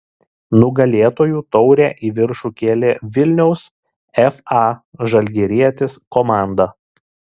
nugalėtojų taurę į viršų kėlė vilniaus fa žalgirietis komanda